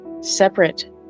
separate